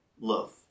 love